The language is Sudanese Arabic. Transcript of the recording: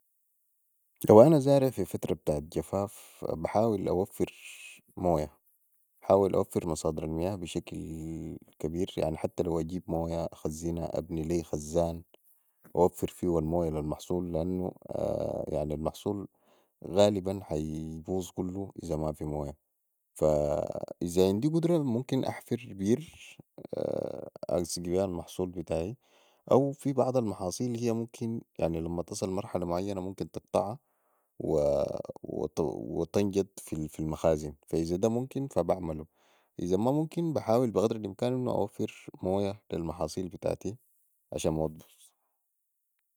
لو انا زارع في فترة بتاعت جفاف بحاول اوفر مويه احاول اوفر مصادر المياء بشكل كبير يعني حتي لواجيب مويه اخزنا أبني لي خزان واوفر فيهو المويه لي المحصول لأنو المحصول غالبا ح يبوظ كلو إذا مافي مويه فا إذا عندي قدره ممكن احفر بير اسقي بيها المحصول بتاعي او في بعض المحاصيل هي ممكن لمن تصل مرحلة معينة ممكن تقطعا وتنجض في المخازن إذا ده ممكن بعملو إذا ما ممكن بحاول بقدر الإمكان اوفر مويه المحاصيل بتاعي عشان ما تبوظ